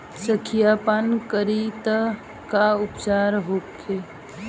संखिया पान करी त का उपचार होखे?